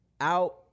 out